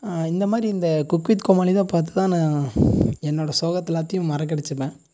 இந்த மாதிரி இந்த குக் வித் கோமாளிதான் பார்த்துதான் நா என்னோட சோகத்தை எல்லாதையும் மறக்கடிச்சுப்பேன்